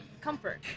comfort